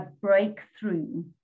breakthrough